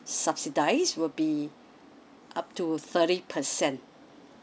subsidise will be up to thirty percent